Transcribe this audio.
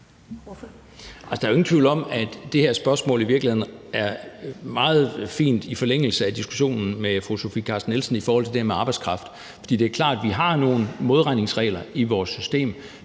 Der er jo ingen tvivl, om at det her spørgsmål i virkeligheden ligger meget fint i forlængelse af diskussionen med fru Sofie Carsten Nielsen i forhold til det her med arbejdskraft. For det er klart, at vi har nogle modregningsregler i vores system,